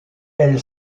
elle